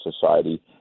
society